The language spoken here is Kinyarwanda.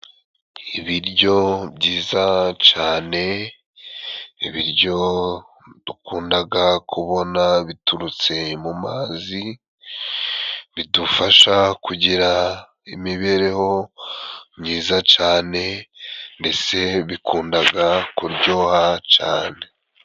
Ibiryo byiza cane, ibiryo dukundaga kubona biturutse mu mazi, bidufasha kugira imibereho myiza cane ndetse bikundaga kuryoha cane.